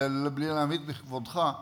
בלי להמעיט בכבודך,